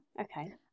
Okay